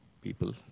people